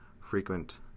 frequent